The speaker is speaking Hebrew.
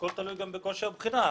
הכול תלוי גם בקושי הבחינה.